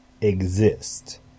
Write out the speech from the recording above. exist